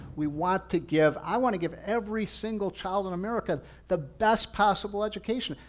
we want to give, i want to give every single child in america the best possible education.